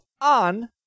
on